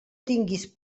tinguis